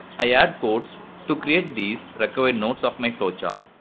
i add code to create these required nodes of my flow chart.